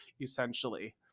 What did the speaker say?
essentially